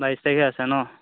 বাইছ তাৰিখে আছে ন